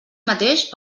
mateix